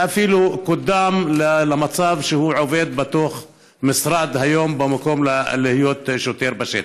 ואפילו קודם למצב שהוא עובד בתוך המשרד במקום להיות שוטר בשטח.